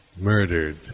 murdered